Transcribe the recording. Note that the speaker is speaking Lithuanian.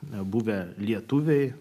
nebuvę lietuviai